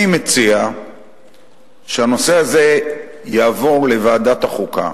אני מציע שהעניין הזה יעבור לוועדת החוקה.